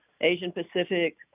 Asian-Pacific